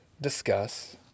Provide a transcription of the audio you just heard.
discuss